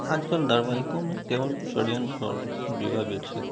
आजकल धारावाहिकों में केवल षड्यंत्र और विवाह विच्छेद